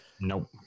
Nope